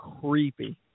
creepy